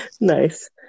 Nice